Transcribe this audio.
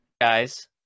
guys